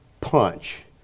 punch